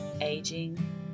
aging